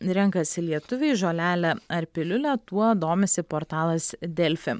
renkasi lietuviai žolelę ar piliulę tuo domisi portalas delfi